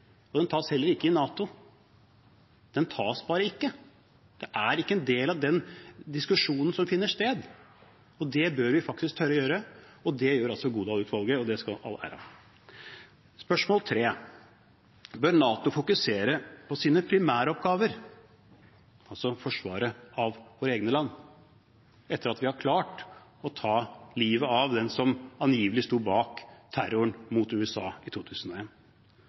Den tas heller ikke i NATO. Den tas bare ikke. Det er ikke en del av den diskusjonen som finner sted. Det bør vi faktisk tørre å gjøre. Det gjør Godal-utvalget, og det skal det ha all ære for. For det tredje: Bør NATO fokusere på sine primæroppgaver – altså forsvaret av våre egne land etter at vi har klart å ta livet av dem som angivelig sto bak terroren mot USA i